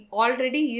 already